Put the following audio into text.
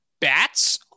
bats